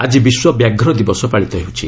ଆଜି ବିଶ୍ୱ ବ୍ୟାଘ୍ର ଦିବସ ପାଳିତ ହେଉଛି